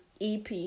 EP